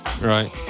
Right